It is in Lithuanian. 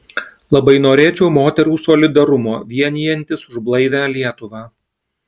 labai norėčiau moterų solidarumo vienijantis už blaivią lietuvą